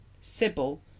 Sybil